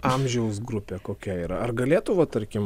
amžiaus grupė kokia yra ar galėtų va tarkim